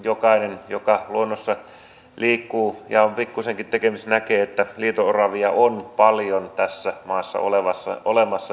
jokainen joka luonnossa liikkuu ja on pikkuisenkin sen kanssa tekemisissä näkee että liito oravia on paljon tässä maassa olemassa